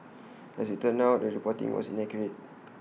as IT turned out the reporting was inaccurate